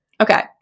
Okay